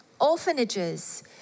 orphanages